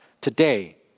today